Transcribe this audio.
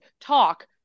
talk